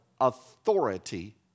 authority